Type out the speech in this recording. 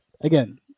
again